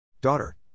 Daughter